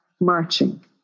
Marching